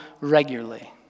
regularly